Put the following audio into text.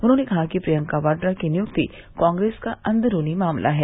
उन्होंने कहा कि प्रियंका वाड्रा की नियुक्ति कांग्रेस का अंदरूनी मामला है